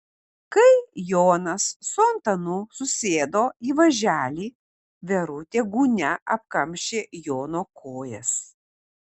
kai jonas su antanu susėdo į važelį verutė gūnia apkamšė jono kojas